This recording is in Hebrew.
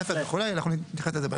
תוספת וכו', אנחנו נתייחס לזה בהמשך.